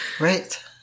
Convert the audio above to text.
Right